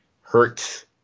hurts